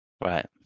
Right